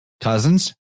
cousins